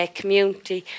community